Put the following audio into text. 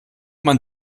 man